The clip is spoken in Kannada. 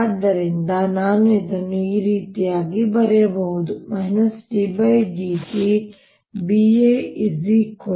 ಆದ್ದರಿಂದ ನಾನು ಇದನ್ನು ಈ ರೀತಿಯಾಗಿ ಬರೆಯಬಹುದು d dt B